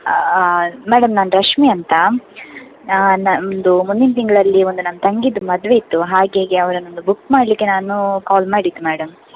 madam ನಾನು ರಶ್ಮಿ ಅಂತ ನಮ್ಮದು ಮುಂದಿನ ತಿಂಗಳಲ್ಲಿ ಒಂದು ನಮ್ಮ ತಂಗೀದು ಮದುವೆ ಇತ್ತು ಹಾಗೇ ಅವರನ್ನೊಂದು ಬುಕ್ ಮಾಡಲಿಕ್ಕೆ ನಾನು ಕಾಲ್ ಮಾಡಿದ್ದು ಮೇಡಮ್